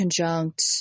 conjunct